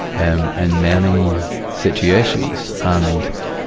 and and many situations. and,